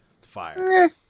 Fire